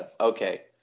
okay